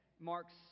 marks